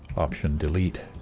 option-delete,